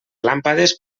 làmpades